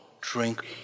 drink